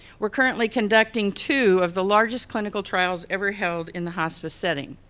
we're currently conducting two of the largest clinical trials ever held in the hospice setting.